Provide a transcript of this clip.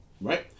right